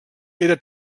era